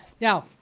Now